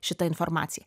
šita informacija